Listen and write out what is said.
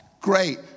great